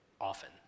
often